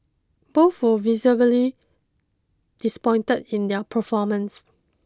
both were visibly disappointed in their performance